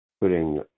putting